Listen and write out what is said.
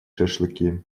шашлыки